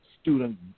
student